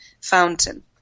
fountain